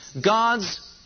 God's